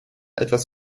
etwas